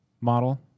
model